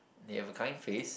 they have a kind face